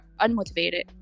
unmotivated